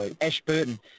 Ashburton